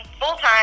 full-time